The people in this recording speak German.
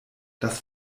das